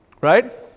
Right